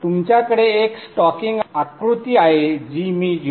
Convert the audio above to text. तुमच्याकडे एक स्टॉकिंग आकृती आहे जी मी 0